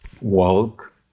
Walk